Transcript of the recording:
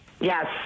Yes